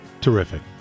terrific